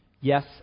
Yes